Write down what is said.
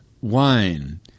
wine